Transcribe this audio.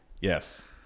Yes